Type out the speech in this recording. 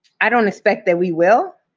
i don't expect that we will,